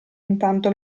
intanto